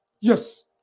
Yes